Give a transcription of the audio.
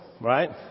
right